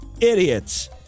Idiots